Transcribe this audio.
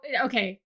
okay